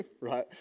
right